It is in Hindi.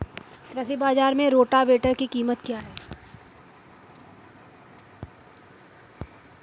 कृषि बाजार में रोटावेटर की कीमत क्या है?